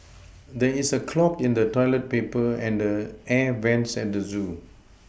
there is a clog in the toilet paper and the air vents at the zoo